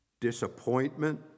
disappointment